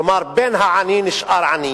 כלומר, בן העני נשאר עני